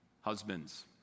husbands